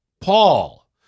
Paul